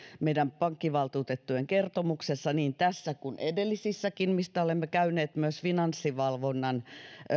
meidän pankkivaltuutettujen kertomuksessa niin tässä kuin edellisissäkin ja mistä olemme käyneet myös finanssivalvonnan